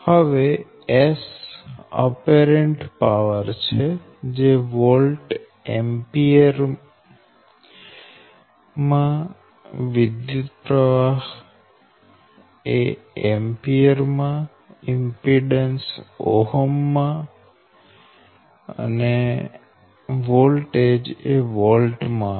અહી S apparent power છે જે વોલ્ટ એમ્પીયર માં વિદ્યુતપ્રવાહ એમ્પીયર માં અને ઇમ્પીડેન્સ ઓહમ માં હશે